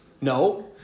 no